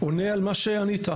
עונה על מה שענית.